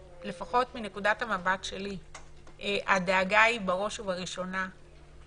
לפחות מנקודת המבט שלי הדאגה היא בראש ובראשונה להן,